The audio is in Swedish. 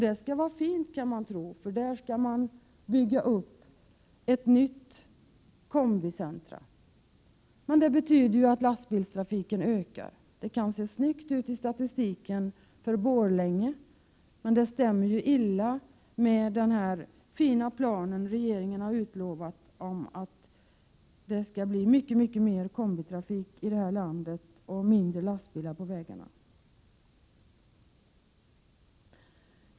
Det skall vara fint, kan man tro, för där skall ett nytt kombicentrum byggas. Men det betyder att lastbilstrafiken ökar. Det kan se snyggt ut i statistiken för Borlänge, men det stämmer illa med den fina plan regeringen har utlovat om att det skall bli mycket mer kombitrafik i landet och färre lastbilar på vägarna.